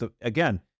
Again